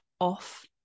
off